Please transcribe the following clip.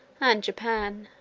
and japan.